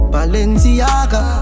Balenciaga